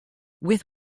with